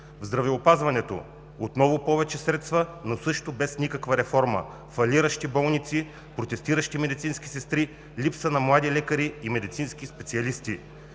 В здравеопазването има отново повече средства, но също без никаква реформа – фалиращи болници, протестиращи медицински сестри, липса на млади лекари и медицински специалисти.